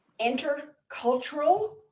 intercultural